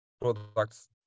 products